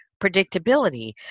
predictability